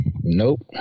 nope